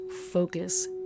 focus